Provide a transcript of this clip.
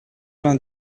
vingt